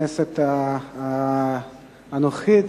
הכנסת הנוכחית.